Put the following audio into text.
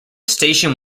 station